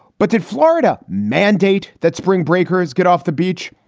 but did florida mandate that spring breakers get off the beach?